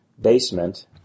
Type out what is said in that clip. basement